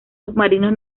submarinos